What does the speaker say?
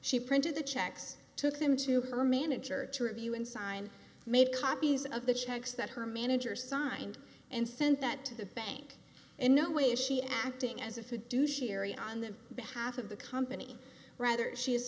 she printed the checks took them to her manager to review and sign made copies of the checks that her manager signed and sent that to the bank in no way she acting as if you do sheri on the behalf of the company rather she is